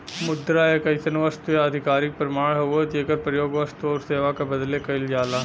मुद्रा एक अइसन वस्तु या आधिकारिक प्रमाण हउवे जेकर प्रयोग वस्तु आउर सेवा क बदले कइल जाला